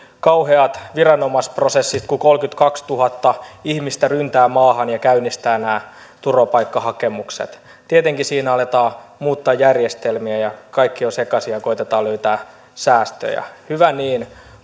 kauheat viranomaisprosessit kun kolmekymmentäkaksituhatta ihmistä ryntää maahan ja käynnistää nämä turvapaikkahakemukset tietenkin siinä aletaan muuttaa järjestelmiä ja kaikki on sekaisin ja koetetaan löytää säästöjä hyvä niin